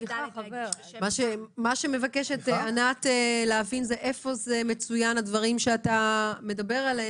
מה שמבקשת ענת להבין זה איפה מצוינים הדברים שאתה מדבר עליהם.